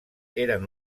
eren